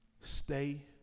Stay